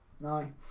No